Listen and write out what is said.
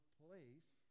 place